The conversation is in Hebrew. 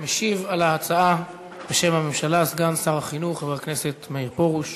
משיב על ההצעה בשם הממשלה סגן שר החינוך חבר הכנסת מאיר פרוש.